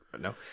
No